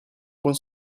buon